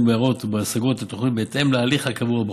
בהערות ובהשגות לתוכנית בהתאם להליך הקבוע בחוק.